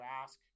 ask